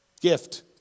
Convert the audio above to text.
Gift